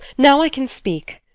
now i can speak.